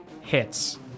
hits